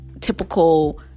typical